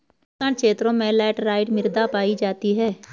उष्ण क्षेत्रों में लैटराइट मृदा पायी जाती है